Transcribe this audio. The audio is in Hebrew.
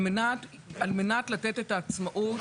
על מנת לתת את העצמאות,